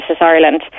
Ireland